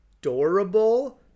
adorable